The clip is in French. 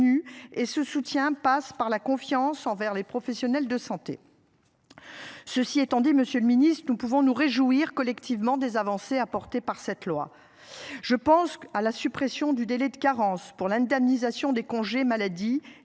et ce soutien passe par la confiance envers les professionnels de santé. Ceci étant dit, Monsieur le Ministre, nous pouvons nous réjouir collectivement des avancées apportées par cette loi. Je pense qu'à la suppression du délai de carence pour l'indemnisation des congés maladie